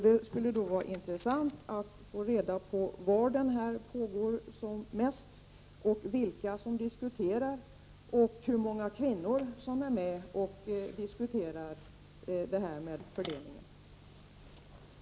Det skulle vara intressant att få veta var denna diskussion pågår som mest, vilka som diskuterar och hur många kvinnor som är med och diskuterar denna fråga rörande fördelningen. Regeringen kommer tillbaka till riksdagen, såsom riksdagen beslutade